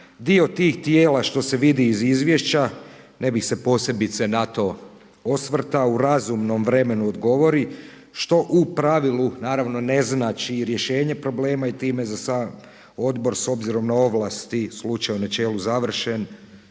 Dio tih tijela što se vidi iz izvješća ne bih se posebice na to osvrtao u razumnom vremenu odgovori što u pravilu naravno ne znači i rješenje problema i time sam odbor s obzirom na ovlasti slučaj je u načelu završen,